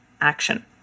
action